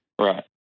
Right